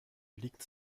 liegt